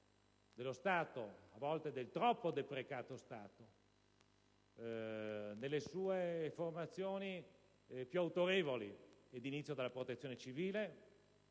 dello Stato, del troppo, a volte, deprecato Stato, nelle sue formazioni più autorevoli. Inizio dalla Protezione civile,